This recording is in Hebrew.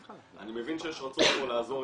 אני מבין שיש רצון פה לעזור,